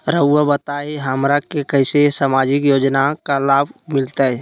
रहुआ बताइए हमरा के कैसे सामाजिक योजना का लाभ मिलते?